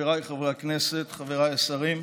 חבריי חברי הכנסת, חבריי השרים,